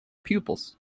pupils